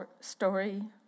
story